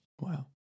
Wow